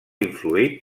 influït